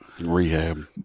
Rehab